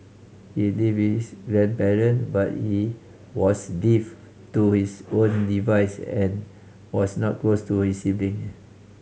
he lived with his grandparent but he was live to his own device and was not close to his sibling